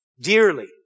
dearly